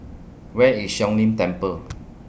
Where IS Siong Lim Temple